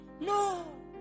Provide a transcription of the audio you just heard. No